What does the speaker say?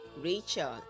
Rachel